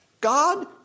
God